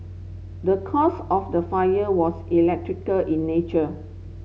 the cause of the fire was electrical in nature